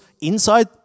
inside